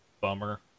bummer